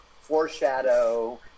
foreshadow